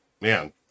man